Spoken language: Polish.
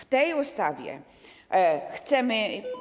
W tej ustawie chcemy.